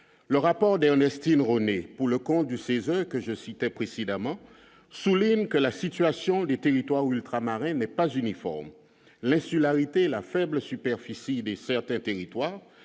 le rapport d'Ernestine Ronai, pour le compte du CESE que je citais précédemment souligne que la situation, les territoires ultramarins n'est pas uniforme l'insularité, la faible superficie des certains territoires